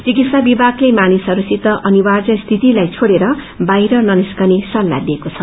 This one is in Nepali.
चिकित्सा विभागले मानिसहस्सित अनिवार्य स्वितिलाई छोडेर बाहिर ननिस्कने सल्लाह दिएको छ